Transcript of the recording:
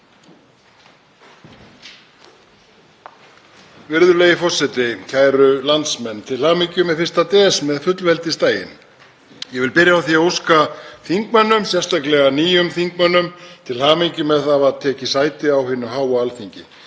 Virðulegi forseti. Kæru landsmenn. Til hamingju með 1. desember, fullveldisdaginn. Ég vil byrja á því að óska þingmönnum, sérstaklega nýjum þingmönnum, til hamingju með að hafa tekið sæti á hinu háa Alþingi.